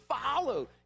follow